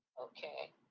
okay